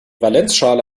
valenzschale